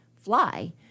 fly